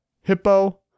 Hippo